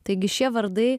taigi šie vardai